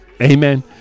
Amen